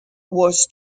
was